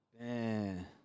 Man